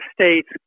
states